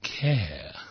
care